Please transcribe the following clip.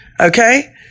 Okay